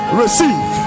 receive